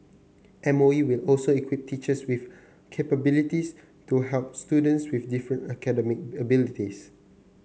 M O E will also equip teachers with capabilities to help students with different academic abilities